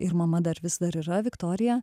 ir mama dar vis dar yra viktorija